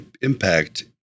impact